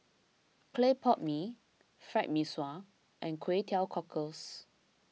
Clay Pot Mee Fried Mee Sua and Kway Teow Cockles